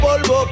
polvo